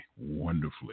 wonderfully